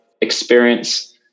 experience